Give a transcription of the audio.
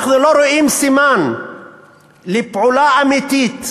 אנחנו לא רואים סימן לפעולה אמיתית